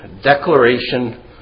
declaration